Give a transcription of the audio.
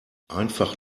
einfach